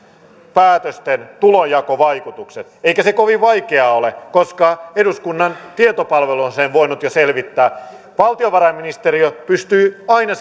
päätösten tulonjakovaikutukset eikä se kovin vaikeaa ole koska eduskunnan tietopalvelu on sen voinut jo selvittää valtiovarainministeriö pystyy aina